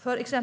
Försvaret står